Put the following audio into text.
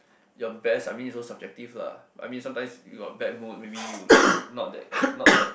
your best I mean it's also subjective lah I mean sometimes you're bad mood maybe you like not that not that